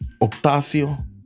Octasio